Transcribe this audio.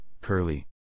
Curly